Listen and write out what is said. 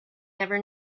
never